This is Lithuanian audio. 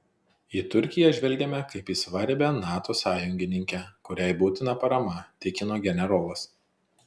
į turkiją žvelgiame kaip į svarbią nato sąjungininkę kuriai būtina parama tikino generolas